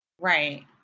Right